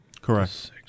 Correct